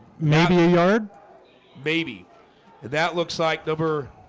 maybe a yard baby that looks like over